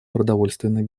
продовольственной